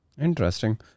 Interesting